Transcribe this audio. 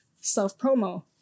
self-promo